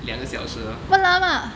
两个小时